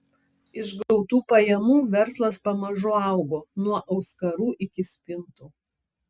iš gautų pajamų verslas pamažu augo nuo auskarų iki spintų